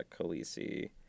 Khaleesi